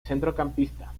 centrocampista